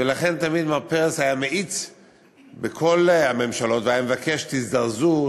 ולכן תמיד מר פרס היה מאיץ בכל הממשלות והיה מבקש: תזדרזו,